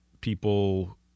people